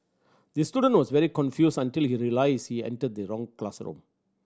the student was very confused until he realised he entered the wrong classroom